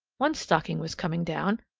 one stocking was coming down,